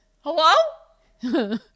Hello